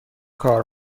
کار